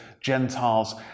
Gentiles